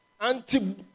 anti